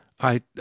I